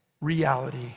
reality